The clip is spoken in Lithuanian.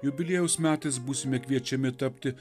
jubiliejaus metais būsime kviečiami tapti